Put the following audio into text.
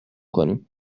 کنیم